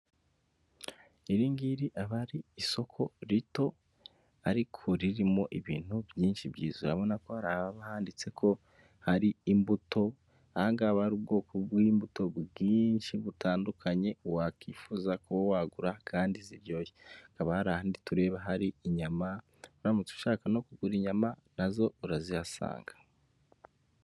Iri ngiri aba ari isoko rito ariko ririmo ibintu byinshi byiza. Urabona ko hari ahaba handitse ko hari imbuto, aha ngaha haba hari ubwoko bw'imbuto bwinshi butandukanye wakwifuza kuba wagura kandi ziryoshye, hakaba hari ahandi tureba hari inyama, uramutse ushaka no kugura inyama na zo urazihasanga.